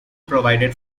provided